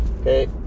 okay